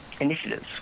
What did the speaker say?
initiatives